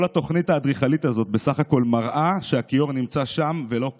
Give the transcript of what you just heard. כל התוכנית האדריכלית הזאת בסך הכול מראה שהכיור נמצא שם ולא כאן.